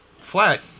flat